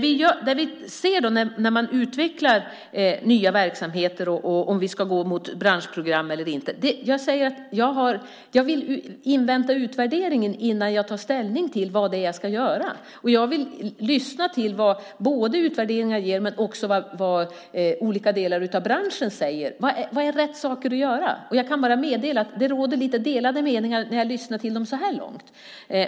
I fråga om att utveckla nya verksamheter och om man ska gå mot branschprogram eller inte vill jag invänta utvärderingen innan jag tar ställning till vad det är jag ska göra. Jag vill lyssna till vad olika delar av branschen säger och vad utvärderingen ger. Vad är rätt saker att göra? Det råder lite delade meningar när jag lyssnat till branschen så här långt.